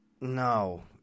No